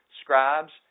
scribes